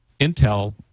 Intel